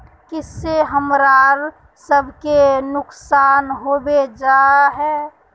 जिस से हमरा सब के नुकसान होबे जाय है?